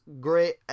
Great